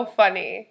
funny